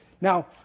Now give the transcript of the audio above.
Now